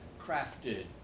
crafted